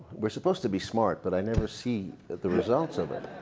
we're supposed to be smart, but i never see the results of it.